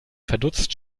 verdutzt